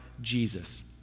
Jesus